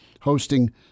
hosting